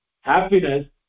happiness